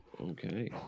Okay